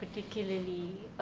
particularly